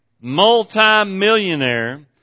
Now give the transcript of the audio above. multi-millionaire